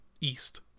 east